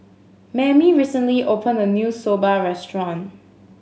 Mammie recently opened a new Soba restaurant